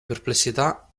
perplessità